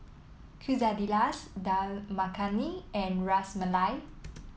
Quesadillas Dal Makhani and Ras Malai